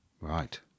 Right